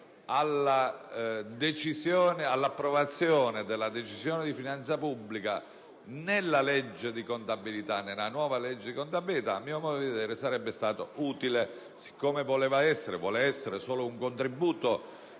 all'approvazione della Decisione di finanza pubblica nella nuova legge di contabilità sarebbe stato utile. In ogni caso il mio voleva e vuole essere solo un contributo